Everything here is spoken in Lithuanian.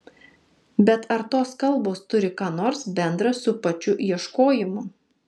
bet ar tos kalbos turi ką nors bendra su pačiu ieškojimu